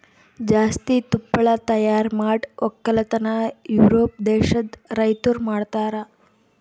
ಜಾಸ್ತಿ ತುಪ್ಪಳ ತೈಯಾರ್ ಮಾಡ್ ಒಕ್ಕಲತನ ಯೂರೋಪ್ ದೇಶದ್ ರೈತುರ್ ಮಾಡ್ತಾರ